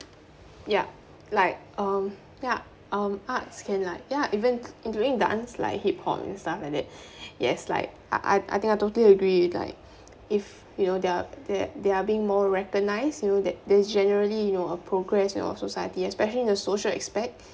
ya like um ya um arts can like ya even in doing dance like hip-hop you know stuff like that yes like I I I think I totally agree with like if you know they're th~ they are being more recognized you know that there's generally you know a progress in our society especially in social aspect